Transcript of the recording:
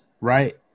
right